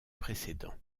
précédent